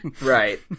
Right